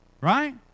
Right